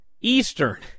Eastern